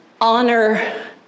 honor